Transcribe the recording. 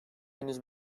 henüz